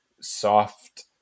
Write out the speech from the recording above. soft